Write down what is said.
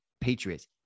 Patriots